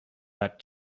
that